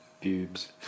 pubes